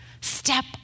Step